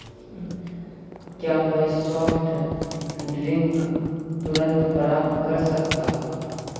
क्या मैं soft drink तुरंत प्राप्त कर सकता हूँ